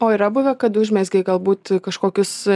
o yra buvę kad užmezgei galbūt kažkokius